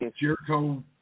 Jericho